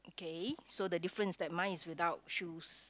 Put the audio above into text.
okay so the difference that mine is without shoes